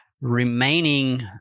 remaining